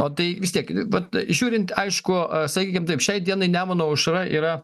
o tai vis tiek vat žiūrint aišku sakykim taip šiai dienai nemuno aušra yra